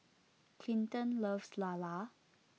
Clinton loves Lala